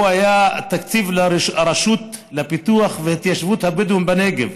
היה תקציב הרשות לפיתוח והתיישבות הבדואים בנגב,